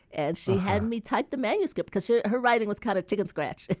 and she had me type the manuscript because yeah her writing was kind of chicken scratch,